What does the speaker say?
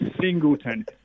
Singleton